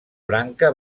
branca